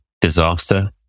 disaster